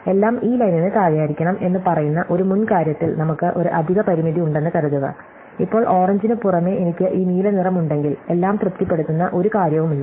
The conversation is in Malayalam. എല്ലാം ഈ ലൈനിന് താഴെയായിരിക്കണം എന്ന് പറയുന്ന ഒരു മുൻ കാര്യത്തിൽ നമുക്ക് ഒരു അധിക പരിമിതി ഉണ്ടെന്ന് കരുതുക ഇപ്പോൾ ഓറഞ്ചിന് പുറമേ എനിക്ക് ഈ നീലനിറം ഉണ്ടെങ്കിൽ എല്ലാം തൃപ്തിപ്പെടുത്തുന്ന ഒരു കാര്യവുമില്ല